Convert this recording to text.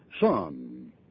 Son